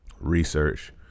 research